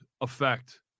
effect